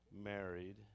married